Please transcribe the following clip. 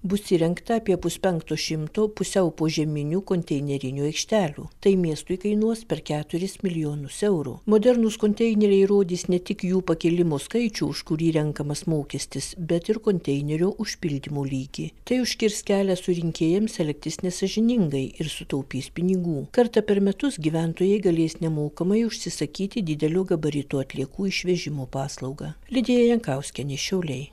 bus įrengta apie puspenkto šimto pusiau požeminių konteinerinių aikštelių tai miestui kainuos per keturis milijonus eurų modernūs konteineriai rodys ne tik jų pakilimo skaičių už kurį renkamas mokestis bet ir konteinerių užpildymo lygį tai užkirs kelią surinkėjams elgtis nesąžiningai ir sutaupys pinigų kartą per metus gyventojai galės nemokamai užsisakyti didelių gabaritų atliekų išvežimo paslaugą lidija jankauskienė šiauliai